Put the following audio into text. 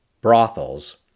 brothels